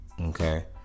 Okay